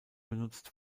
benutzt